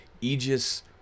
aegis